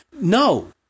no